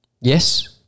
Yes